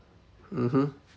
mmhmm